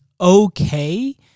okay